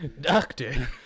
Doctor